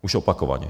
Už opakovaně.